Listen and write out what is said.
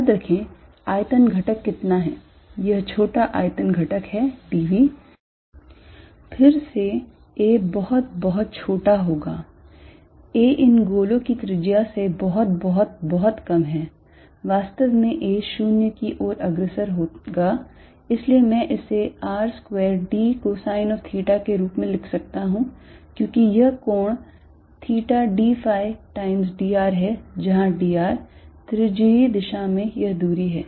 याद रखें आयतन घटक कितना है यह छोटा आयतन घटक है d v फिर से a बहुत बहुत छोटा होगा a इन गोलों की त्रिज्या से बहुत बहुत बहुत कम है वास्तव में a 0 की ओर अग्रसर होगा इसलिए मैं इसे R square d cosine of theta के रूप में लिख सकता हूं क्योंकि यह कोण theta d phi times d r है जहां d r त्रिज्यीय दिशा में यह दूरी है